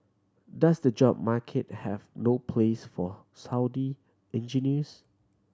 does the job market have no place for Saudi engineers